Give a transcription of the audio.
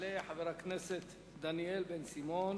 יעלה חבר הכנסת דניאל בן סימון,